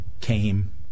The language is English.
came